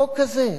בתדהמה?